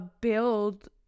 build